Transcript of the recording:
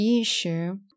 issue